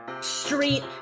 street